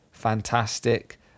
fantastic